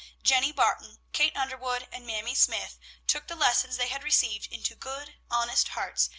jenny barton, kate underwood, and mamie smythe took the lessons they had received into good, honest hearts,